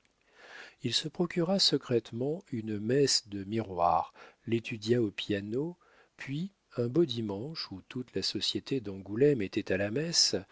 il se procura secrètement une messe de miroir l'étudia au piano puis un beau dimanche où toute la société d'angoulême était à la messe